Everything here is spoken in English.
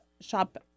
shop